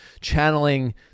channeling